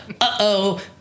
uh-oh